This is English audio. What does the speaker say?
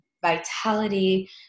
vitality